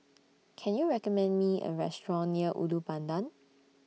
Can YOU recommend Me A Restaurant near Ulu Pandan